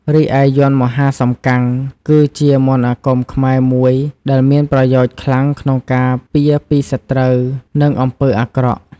រីឯយ័ន្តមហាសំកាំង គឺជាមន្តអាគមខ្មែរមួយដែលមានប្រយោជន៍ខ្លាំងក្នុងការពារពីសត្រូវ និងអំពើអាក្រក់។